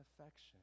affection